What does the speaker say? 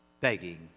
begging